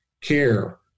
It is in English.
care